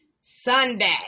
Sunday